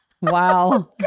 Wow